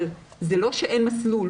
אבל זה לא שאין מסלול.